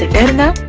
and